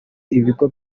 ibigo